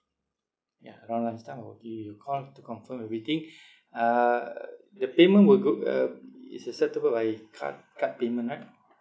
yeah around lunch time I will give you a call to confirm everything uh the payment will go uh is acceptable by card card payment right